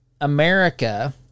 America